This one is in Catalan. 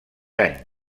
any